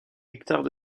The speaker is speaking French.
hectares